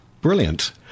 Brilliant